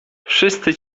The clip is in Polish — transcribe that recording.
wszyscy